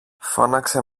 φώναξε